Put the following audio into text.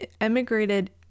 emigrated